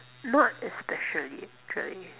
not especially actually